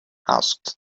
asked